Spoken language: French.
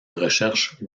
recherche